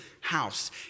house